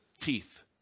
teeth